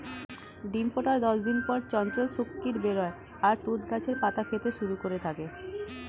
ডিম ফোটার দশ দিন পর চঞ্চল শূককীট বের হয় আর তুঁত গাছের পাতা খেতে শুরু করে থাকে